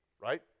right